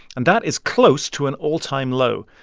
and that is close to an all-time low.